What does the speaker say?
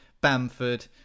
Bamford